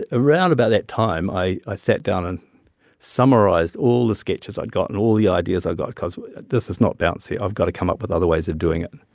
around about that time, i sat down and summarized all the sketches i'd gotten, all the ideas i got cause this is not bouncy. i've got to come up with other ways of doing it.